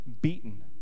beaten